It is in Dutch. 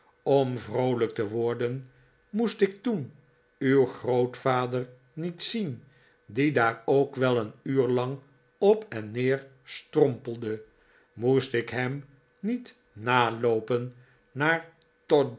om vroolijk te worden moest ik toen uw grootvader niet zien die daar ook wel een uur lang op en neer strompelde moest ik hem niet naloopen naar